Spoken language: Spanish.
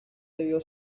debió